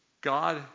God